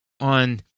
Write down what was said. On